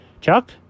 Chuck